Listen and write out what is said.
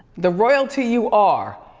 the royalty you are.